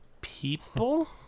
people